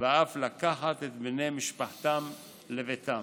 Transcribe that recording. ואף לקחת את בני משפחתם לביתם.